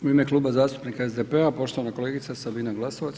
U ime Kluba zastupnika SDP-a poštovana kolegica Sabina Glasovac.